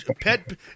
pet